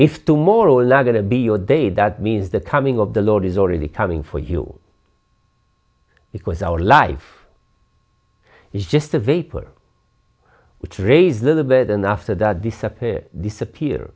if to morrow a lot going to be a day that means the coming of the lord is already coming for you because our life is just a vapor which raises a bit and after that disappear